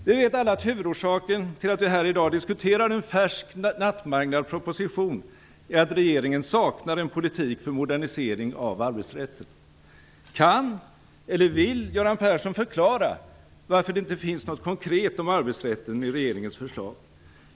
Nu vet alla att huvudorsaken till att vi i dag diskuterar en färsk nattmanglad proposition är att regeringen saknar en politik för modernisering av arbetsrätten. Kan eller vill Göran Persson förklara varför det inte finns något konkret om arbetsrätten i regeringens förslag?